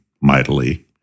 mightily